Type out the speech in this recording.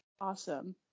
Awesome